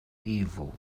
evil